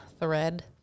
thread